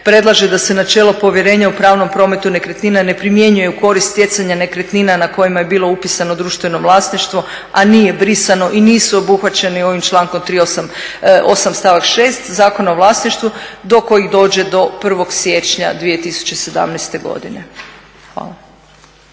predlaže da se načelo povjerenja u pravnom prometu nekretnina ne primjenjuje u korist stjecanja nekretnina na kojima je bilo upisano društveno vlasništvo a nije brisano i nisu obuhvaćeni ovim člankom …/Govornik se ne razumije./… 8. stavak 6. Zakona o vlasništvu do kojih dođe do 1. siječnja 2017. godine. Hvala.